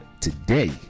today